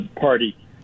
party